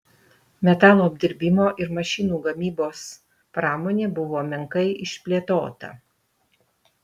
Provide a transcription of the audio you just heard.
metalo apdirbimo ir mašinų gamybos pramonė buvo menkai išplėtota